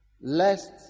lest